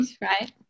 Right